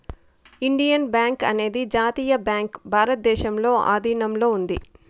Indian bank అనేది జాతీయ bank భారతదేశంలో ఆధీనంలో ఉంది